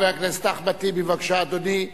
חבר הכנסת אחמד טיבי, בבקשה, אדוני.